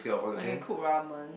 I can cook ramen